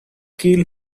kill